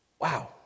Wow